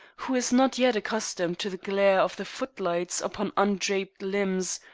who is not yet accustomed to the glare of the footlights upon undraped limbs,